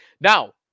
Now